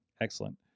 excellent